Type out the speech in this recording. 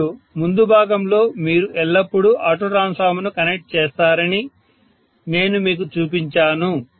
మరియు ముందు భాగంలో మీరు ఎల్లప్పుడూ ఆటో ట్రాన్స్ఫార్మర్ను కనెక్ట్ చేస్తారని నేను మీకు చూపించాను